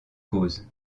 causes